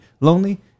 lonely